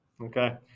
Okay